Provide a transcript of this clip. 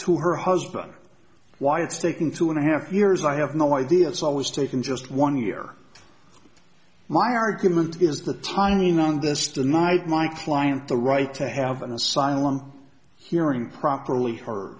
to her husband why it's taking two and a half years i have no idea it's always taken just one year my argument is the timing on this tonight my client the right to have an asylum hearing properly